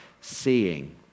seeing